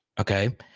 Okay